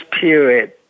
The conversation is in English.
period